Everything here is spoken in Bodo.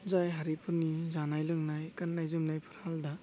जाय हारिफोरनि जानाय लोंनाय गाननाय जोमनायफ्रा आलदा